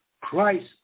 Christ